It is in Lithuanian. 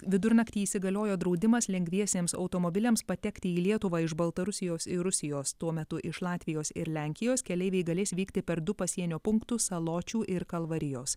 vidurnaktį įsigaliojo draudimas lengviesiems automobiliams patekti į lietuvą iš baltarusijos ir rusijos tuo metu iš latvijos ir lenkijos keleiviai galės vykti per du pasienio punktus saločių ir kalvarijos